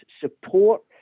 support